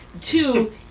Two